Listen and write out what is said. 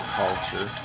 culture